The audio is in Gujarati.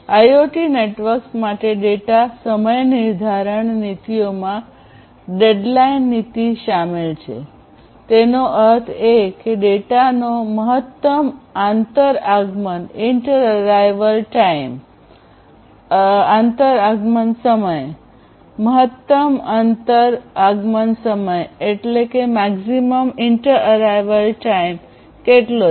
આઇઓટી નેટવર્ક્સ માટે ડેટા સમયનિર્ધારણ નીતિઓમાં ડેડલાઇન નીતિ શામેલ છે તેનો અર્થ એ કે ડેટાનો મહત્તમ આંતર આગમન સમય મહત્તમ આંતર આગમન સમય કેટલો છે